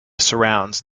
surrounds